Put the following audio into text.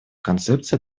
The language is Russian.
концепции